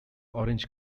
orange